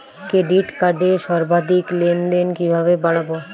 Credit কার্ডের সর্বাধিক লেনদেন কিভাবে বাড়াবো?